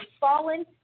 fallen